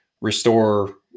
restore